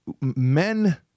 men